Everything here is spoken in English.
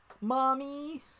Mommy